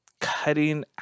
cutting